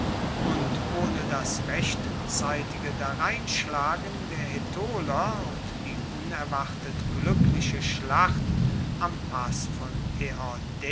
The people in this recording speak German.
und ohne das rechtzeitige dareinschlagen der aetoler und die unerwartet glueckliche schlacht am pass von